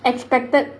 expected